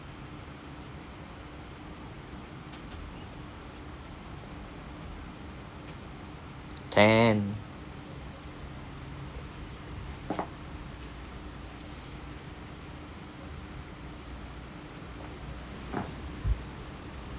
can